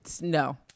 No